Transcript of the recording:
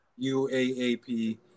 UAAP